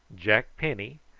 jack penny,